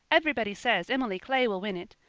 everybody says emily clay will win it.